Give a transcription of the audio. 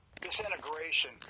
disintegration